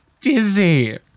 dizzy